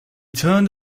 turned